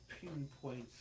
pinpoint